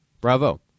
Bravo